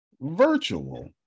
virtual